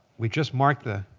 we just marked the